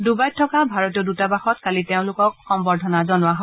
ডুবাইত থকা ভাৰতীয় দৃতাবাসত কালি তেওঁলোকক সম্বৰ্ধনা জনোৱা হয়